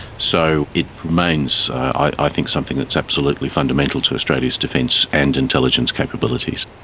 so it remains i think something that's absolutely fundamental to australia's defence and intelligence capabilities.